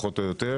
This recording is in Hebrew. פחות או יותר,